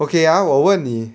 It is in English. okay ah 我问你